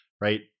right